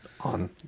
On